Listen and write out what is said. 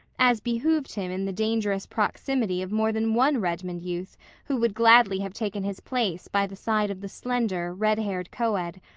as behooved him in the dangerous proximity of more than one redmond youth who would gladly have taken his place by the side of the slender, red-haired coed,